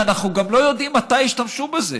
כשאנחנו גם לא יודעים מתי ישתמשו בזה?